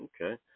Okay